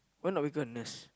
when are we gonna nurse